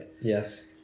Yes